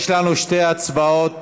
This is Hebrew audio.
יש לנו שתי הצבעות.